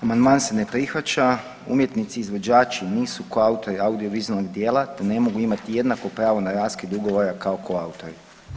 Amandman se ne prihvaća, umjetnici izvođači nisu koautori audiovizualnog djela, ne mogu imati jednako pravo na raskid ugovora kao koautori.